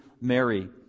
Mary